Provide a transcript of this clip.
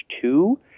two